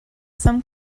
some